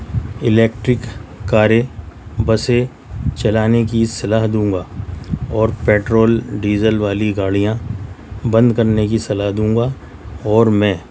electric کاریں بسیں چلانے کی صلاح دوں گا اور پیٹرول ڈیزل والی گاڑیاں بند کرنے کی صلاح دوں گا اور میں